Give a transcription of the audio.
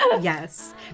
Yes